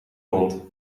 hond